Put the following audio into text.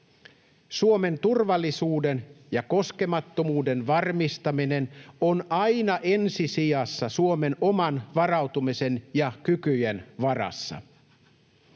”Suomen turvallisuuden ja koskemattomuuden varmistaminen on aina ensi sijassa Suomen oman varautumisen ja kykyjen varassa.”